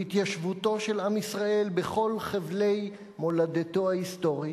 בהתיישבותו של עם ישראל בכל חבלי מולדתו ההיסטורית,